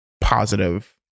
positive